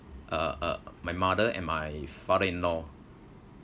uh uh my mother and my father-in-law